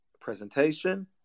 presentation